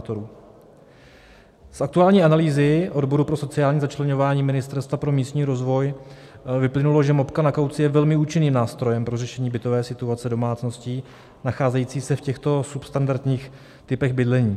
Z aktuální analýzy odboru pro sociální začleňování Ministerstva pro místní rozvoj vyplynulo, že mopka na kauci je velmi účinným nástrojem pro řešení bytové situace domácností nacházejících se v těchto substandardních typech bydlení.